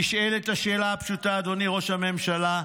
נשאלת השאלה הפשוטה, אדוני ראש הממשלה: